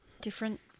different